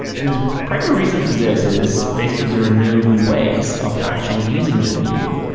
and primary reason for this is basically there are no good ways of actually using that video.